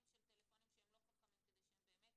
של טלפונים שהם לא חכמים כדי שהם באמת